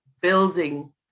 building